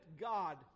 God